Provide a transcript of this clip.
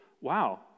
wow